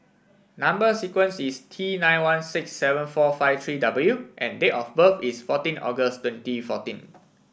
number sequence is T nine one six seven four five three W and date of birth is fourteen August twenty fourteen